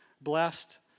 blessed